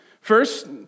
First